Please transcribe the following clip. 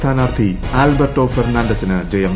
സ്ഥാനാർത്ഥി ആൽബർട്ടോ ഫെർണാണ്ടസിന് ജയം